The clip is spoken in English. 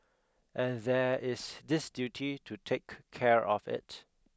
and there is this duty to take care of it